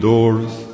Doors*